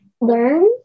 learn